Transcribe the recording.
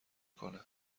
کنه